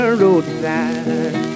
roadside